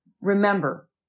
Remember